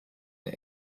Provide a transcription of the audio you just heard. der